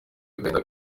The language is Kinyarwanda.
agahinda